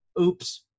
oops